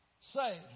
say